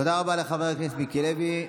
תודה רבה לחבר הכנסת מיקי לוי.